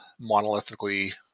monolithically